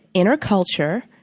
in our culture,